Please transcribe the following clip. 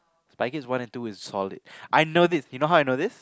Spy Kids one and two is solid I know this you know how I know this